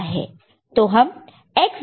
तो हम X greater than Y के लिए G देते हैं